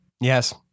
Yes